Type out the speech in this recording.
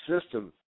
system